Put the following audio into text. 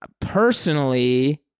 personally